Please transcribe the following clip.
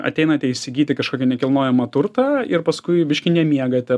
ateinate įsigyti kašokį nekilnojamą turtą ir paskui biški nemiegate